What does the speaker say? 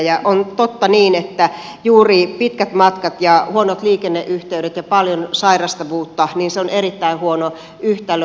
ja on totta juuri se että kun on pitkät matkat ja huonot liikenneyhteydet ja paljon sairastavuutta niin se on erittäin huono yhtälö